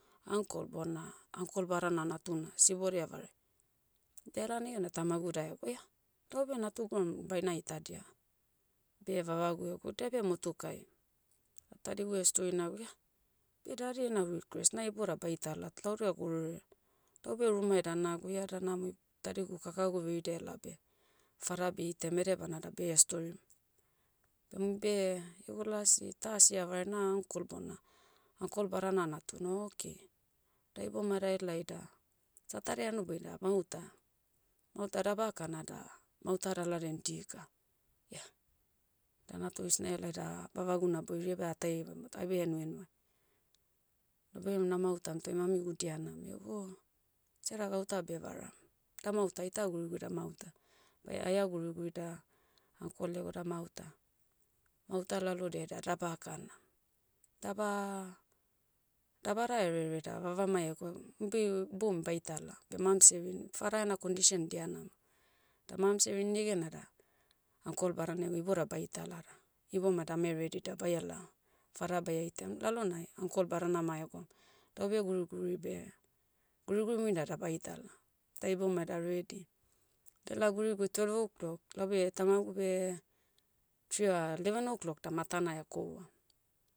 Ankol bona, ankol badana natuna sibodia vare. Dela negena tamagu da ego ia, doh beh natug eram, baina itadia. Beh vavagu ego dia beh motukai. Tadigu estori nago ia, beh dadi ena request na iboda baitalat laude gorere. Laube rumai da nago ia da namo, tadigu kakagu verida ela beh, fada beitam edebana da beie storim. Beh umbe, ia go lasi, ta asi avare na ankol bona, ankol badana natuna o oke. Da iboumai da helai da, satade hanoboi da mahuta. Mauta daba kana da, mauta daladian dika. Ia, da natoreis naelai da, vavagu naboiri iabe atai evamat aibe enuenuai. Dabai ema namautam toh emamigu dia namo, eg o, seda gauta bevaram. Da mauta aita guriguri da mauta. Baia- aia guriguri da, ankol ego da mauta. Mauta lalodiai da daba kana. Daba, dabada erere da vavamai egwa, muibe, ibom baitala. Beh mams rini, fada ena condition dia namo. Da mams rin negena da, ankol badana ego iboda baitala da, ibomai dame redi da baiala, fada baia itaim lalonai, ankol badana ma ego, dobe guriguri beh, guriguri murinan da baitala. Da iboma da redi. Dala guriguri twelve o clock, laube tamagu beh, tri- leven o clock da matana koua.